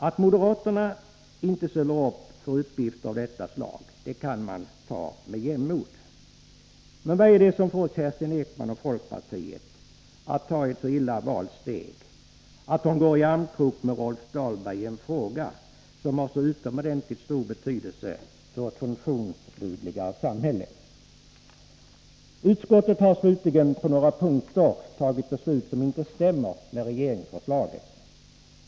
Att moderaterna inte ställer upp när det gäller uppgifter av detta slag kan man ta med jämnmod, men vad är det som får Kerstin Ekman och folkpartiet att ta ett så illa valt steg att hon går i armkrok med Rolf Dahlberg i en fråga som har så utomordentligt stor betydelse för ett funktionsdugligare samhälle? Slutligen, utskottet har på några punkter kommit med förslag som inte överensstämmer med regeringsförslaget.